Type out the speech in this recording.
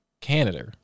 Canada